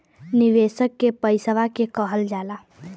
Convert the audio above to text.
निवेशक के पइसवा के कहल जाला